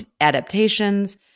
adaptations